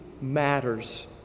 matters